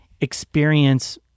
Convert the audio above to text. experience